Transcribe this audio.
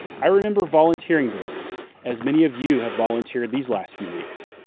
i remember volunteering there as many of you have volunteered these last few weeks.